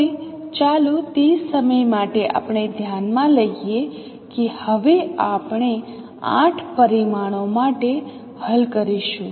હવે ચાલો તે સમય માટે આપણે ધ્યાનમાં લઈએ કે હવે આપણે 8 પરિમાણો માટે હલ કરીશું